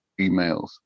emails